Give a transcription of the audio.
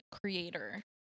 creator